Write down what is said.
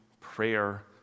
prayer